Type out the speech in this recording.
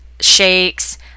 shakes